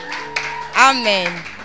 Amen